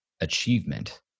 achievement